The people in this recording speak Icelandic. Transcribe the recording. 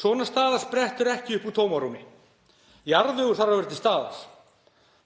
Svona staða sprettur ekki upp úr tómarúmi. Jarðvegur þarf að vera til staðar.